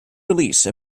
release